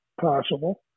possible